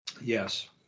Yes